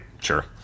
Sure